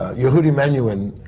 yehudi menhuin,